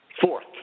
Fourth